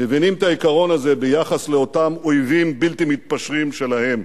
מבינים את העיקרון הזה ביחס לאותם אויבים בלתי מתפשרים שלהם.